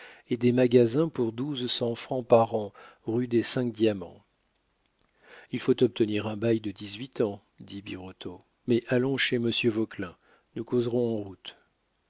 et des magasins pour douze cents francs par an rue des cinq diamants il faut obtenir un bail de dix-huit ans dit birotteau mais allons chez monsieur vauquelin nous causerons en route